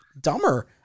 dumber